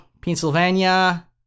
Pennsylvania